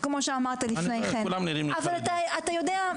כמו שאמרת לפני כן, אבל אתה יודע,